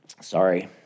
sorry